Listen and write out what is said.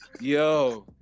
Yo